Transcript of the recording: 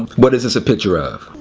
what is this a picture of?